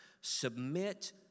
submit